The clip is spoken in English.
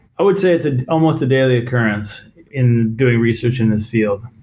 i would say it's almost a daily occurrence in doing research in this field.